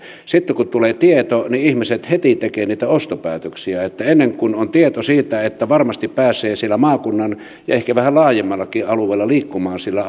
sitten kun tulee tieto niin ihmiset heti tekevät niitä ostopäätöksiä kun on tieto siitä että varmasti pääsee siellä maakunnan ja ehkä vähän laajemmallakin alueella liikkumaan sillä